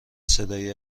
صدای